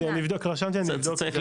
רשמתי, אני אבדוק.